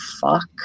fuck